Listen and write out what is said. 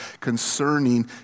concerning